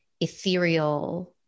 ethereal